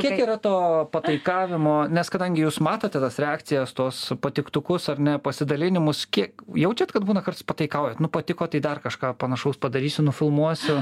kiek yra to pataikavimo nes kadangi jūs matote tas reakcijas tuos patiktukus ar ne pasidalinimus kiek jaučiat kad būna kartais pataikaujat nu patiko tai dar kažką panašaus padarysiu nufilmuosiu